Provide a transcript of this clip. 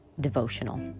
devotional